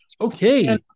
okay